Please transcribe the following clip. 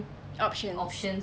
options